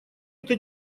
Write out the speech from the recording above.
это